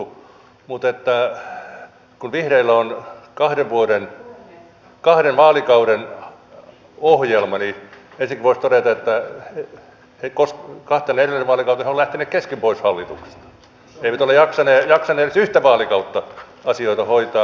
mutta kun vihreillä on kahden vaalikauden ohjelma niin ensinnäkin voisi todeta että kahtena edellisenä vaalikautena he ovat lähteneet kesken pois hallituksesta eivät ole jaksaneet edes yhtä vaalikautta asioita hoitaa